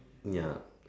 ya